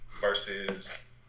versus